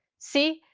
see,